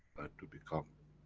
to become,